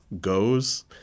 goes